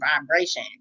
vibration